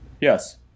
Yes